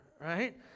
right